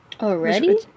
Already